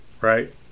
right